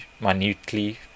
minutely